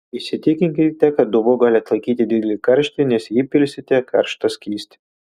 įsitikinkite kad dubuo gali atlaikyti didelį karštį nes į jį pilsite karštą skystį